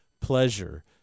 pleasure